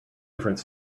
different